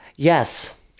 Yes